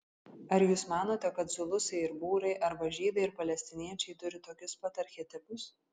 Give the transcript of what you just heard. ar jūs manote kad zulusai ir būrai arba žydai ir palestiniečiai turi tokius pat archetipus